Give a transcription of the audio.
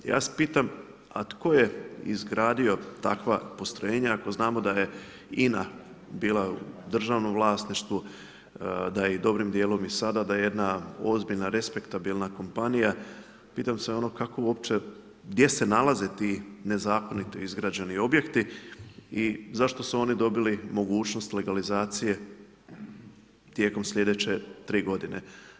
Ja se pitam, a tko je izgradio takva postrojenja ako znamo da je INA bila u državnom vlasništvu, da je dobrim dijelom i sada, da je jedna ozbiljna, respektabilna kompanija, pitam se kako uopće gdje se nalaze ti nezakoniti izgrađeni objekti i zašto su oni dobili mogućnost legalizacije tijekom slijedeće tri godine.